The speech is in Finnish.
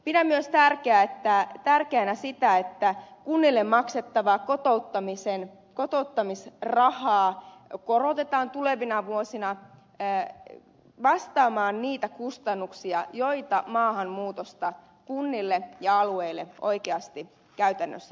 pidän myös tärkeänä sitä että kunnille maksettavaa kotouttamisrahaa korotetaan tulevina vuosina vastaamaan niitä kustannuksia joita maahanmuutosta kunnille ja alueille oikeasti käytännössä